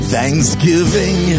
Thanksgiving